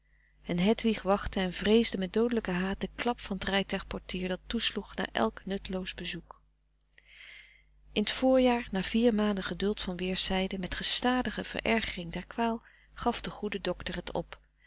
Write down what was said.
en hedwig wachtte en vreesde met doodelijken haat den klap van t rijtuig portier dat toesloeg na elk nutteloos bezoek in t voorjaar na vier maanden geduld van weerszijden met gestadige verergering der kwaal gaf de goede docter het op